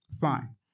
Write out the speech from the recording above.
fine